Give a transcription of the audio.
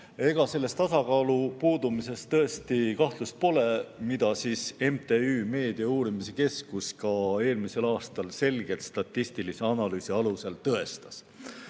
Ega selles tasakaalu puudumises tõesti kahtlust pole, mida ka MTÜ Meedia Uurimise Keskus eelmisel aastal selgelt statistilise analüüsi alusel tõestas.